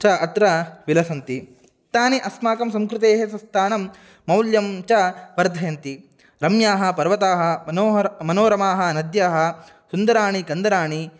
च अत्र विलसन्ति तानि अस्माकं संस्कृतेः तत् स्थानं मौल्यं च वर्धयन्ति रम्याः पर्वताः मनोहराः मनोरमाः नद्यः सुन्दराणि कन्दराणि